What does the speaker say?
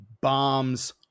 bombs